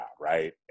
right